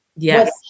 Yes